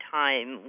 time